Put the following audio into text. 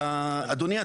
אדוני,